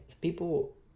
People